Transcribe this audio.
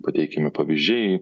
pateikiami pavyzdžiai